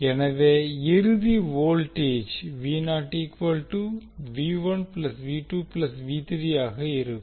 எனவே இறுதி வோல்டேஜ் ஆக இருக்கும்